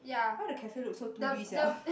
why the cafe look so two-D sia